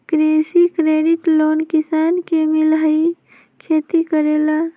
कृषि credit loan किसान के मिलहई खेती करेला?